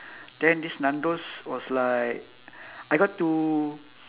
then this nando's was like I got to